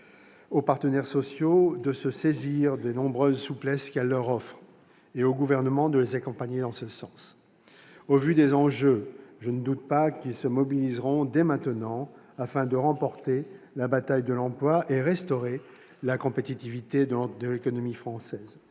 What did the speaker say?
aux partenaires sociaux de se saisir des nombreuses souplesses qu'elle leur offre, et au Gouvernement de les accompagner en ce sens. Au vu des enjeux, je ne doute pas qu'ils se mobiliseront dès maintenant afin de remporter la bataille de l'emploi et de restaurer la compétitivité de l'économie française.